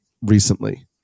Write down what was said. recently